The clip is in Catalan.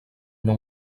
una